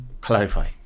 clarify